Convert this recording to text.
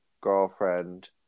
girlfriend